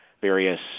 various